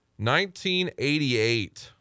1988